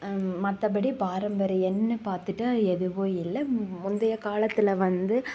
மற்றபடி பாரம்பரியன்னு பார்த்துட்டா எதுவும் இல்லை முந்தைய காலத்தில் வந்து